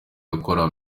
akora